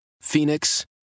Phoenix